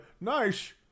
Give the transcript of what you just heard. Nice